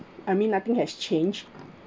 I mean nothing has changed